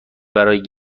برای